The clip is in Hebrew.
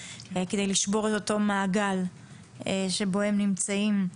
כדי לשבור את אותו מעגל שבו הם נמצאים.